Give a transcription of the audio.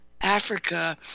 Africa